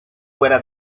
fuera